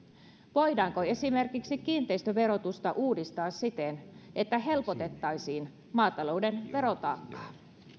voidaanko esimerkiksi kiinteistöverotusta uudistaa siten että helpotettaisiin maatalouden verotaakkaa